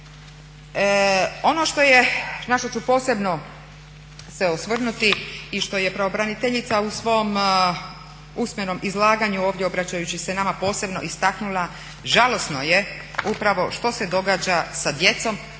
na što ću se posebno osvrnuti i što je pravobraniteljica u svom usmenom izlaganju ovdje obraćajući se nama posebno istaknula, žalosno je upravo što se događa sa djecom